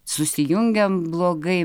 susijungiam blogai